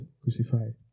Crucified